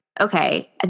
okay